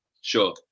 Sure